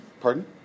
Pardon